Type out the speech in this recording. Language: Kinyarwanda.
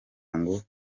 ngo